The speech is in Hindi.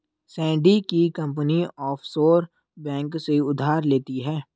सैंडी की कंपनी ऑफशोर बैंक से उधार लेती है